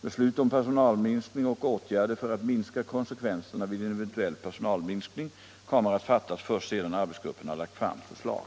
Beslut om personalminskning och åtgärder för att minska konsekvenserna vid en eventuell personalminskning kommer att fattas först sedan arbetsgruppen har lagt fram förslag.